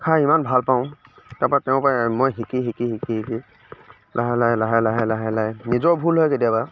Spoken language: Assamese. খাই ইমান ভাল পাওঁ তাৰ পৰা তেওঁৰ পৰা মই শিকি শিকি শিকি শিকি লাহে লাহে লাহে লাহে লাহে লাহে নিজৰ ভুল হয় কেতিয়াবা